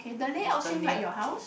is the near